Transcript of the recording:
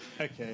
Okay